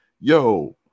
yo